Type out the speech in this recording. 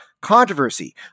controversy